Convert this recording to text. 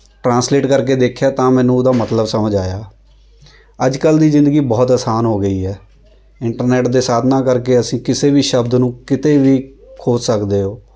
translate ਕਰਕੇ ਦੇਖਿਆ ਤਾਂ ਮੈਨੂੰ ਉਹਦਾ ਮਤਲਬ ਸਮਝ ਆਇਆ ਅੱਜ ਕੱਲ੍ਹ ਦੀ ਜ਼ਿੰਦਗੀ ਬਹੁਤ ਆਸਾਨ ਹੋ ਗਈ ਹੈ ਇੰਟਰਨੈੱਟ ਦੇ ਸਾਧਨਾਂ ਕਰਕੇ ਅਸੀਂ ਕਿਸੇ ਵੀ ਸ਼ਬਦ ਨੂੰ ਕਿਤੇ ਵੀ ਖੋਜ ਸਕਦੇ ਹੋ